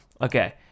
Okay